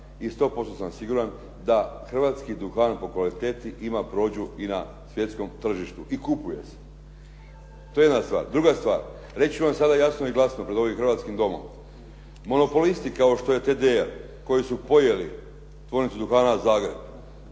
posto sam siguran da hrvatski duhan po kvaliteti ima …/Govornik se ne razumije./… i na svjetskom tržištu i kupuje se. To je jedna stvar. Druga stvar, reći ću vam sada jasno i glasno pred ovim hrvatskim domom. Monopolisti kao što je TDR koji su pojeli Tvornicu duhana Zagreb